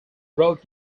wrote